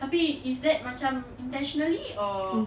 tapi is that macam intentionally or